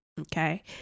Okay